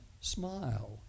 smile